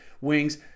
wings